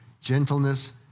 gentleness